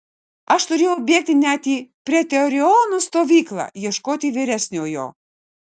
aš turėjau bėgti net į pretorionų stovyklą ieškoti vyresniojo